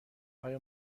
آیا